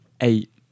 eight